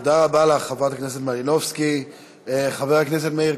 תודה רבה לך, חברת הכנסת מלינובסקי.